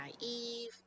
naive